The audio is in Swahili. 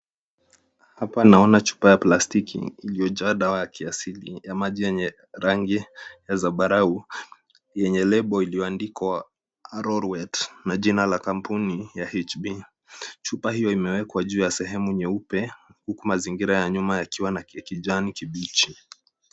Hapa naona chupa ya plastiki iliyojaa ya maji ya kiasili yenye rangi ya zambarau, yenye lebo iliyoandikwa arorwet na jina la kampuni ya HB. Chupa hio imewekwa juu ya sehemu nyeupe, huku mazingira ya nyuma yakiwa na kijani kibichi.